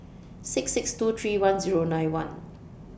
six six two three one Zero nine one